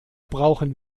brauchen